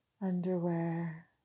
underwear